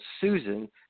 Susan